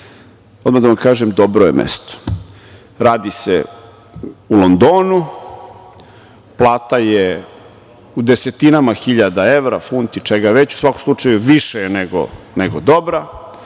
mera. Odmah da vam kažem dobro je mesto. Radi se u Londonu, plata je u desetinama hiljada evra, funti, čega već, u svakom slučaju, više je nego dobra,